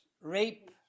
rape